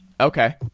Okay